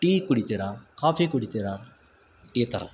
tea ಕುಡಿತಿರಾ coffee ಕುಡಿತೀರಾ ಈ ಥರ